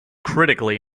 critically